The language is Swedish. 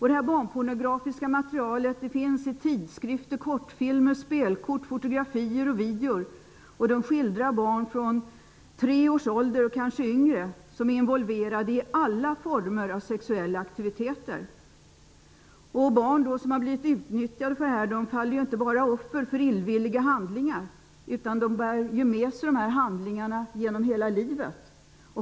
Det barnpornografiska materialet finns i tidskrifter, kortfilmer, spelkort, fotografier och videor. Det skildrar barn från tre års ålder -- kanske yngre -- som är involverade i alla former av sexuella aktiviteter. Barn som har blivit utnyttjade har inte bara fallit offer för illvilliga handlingar utan bär också med sig dessa handlingar genom hela livet.